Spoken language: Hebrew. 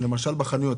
למשל בחנויות,